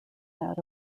that